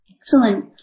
Excellent